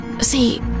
see